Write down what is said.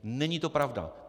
Není to pravda.